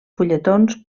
fulletons